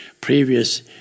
previous